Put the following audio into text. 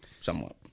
Somewhat